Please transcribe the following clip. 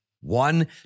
one